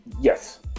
Yes